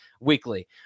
weekly